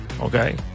Okay